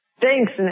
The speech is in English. Thanks